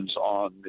on